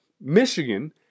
Michigan